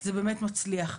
זה באמת מצליח.